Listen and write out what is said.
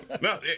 No